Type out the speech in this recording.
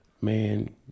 man